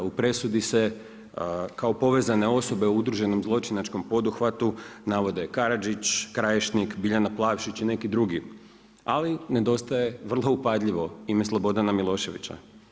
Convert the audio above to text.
U presudi se kao povezane osobe u udruženom zločinačkom poduhvatu navode Karadžić, Krajišnik, Biljana Plavšić i neki drugi, ali nedostaje vrlo upadljivo, ime Slobodana Miloševića.